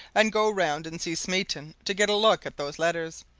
and go round and see smeaton to get a look at those letters,